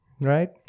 Right